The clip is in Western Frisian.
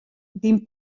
dyn